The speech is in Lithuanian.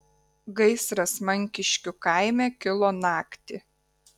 gaisras mankiškių kaime kilo naktį